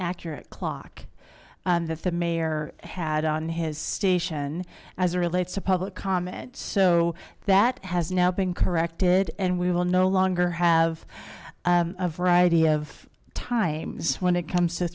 inaccurate clock that the mayor had on his station as it relates to public comment so that has now been corrected and we will no longer have a variety of times when it comes to